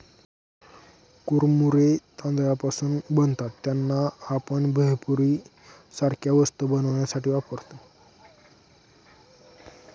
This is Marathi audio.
कुरमुरे तांदळापासून बनतात त्यांना, आपण भेळपुरी सारख्या वस्तू बनवण्यासाठी वापरतो